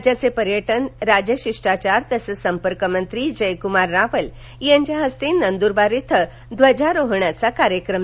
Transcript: राज्याचे पर्याज राजशिष्टाचार तसंच संपर्कमंत्री जयकुमार रावल यांच्य हस्ते नंदरबार इथं ध्वजारोहणाचा कार्यक्रम संप्पन झाला